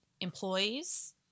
Employees